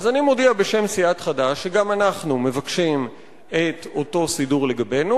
אני מודיע בשם סיעת חד"ש שגם אנחנו מבקשים את אותו סידור לגבינו.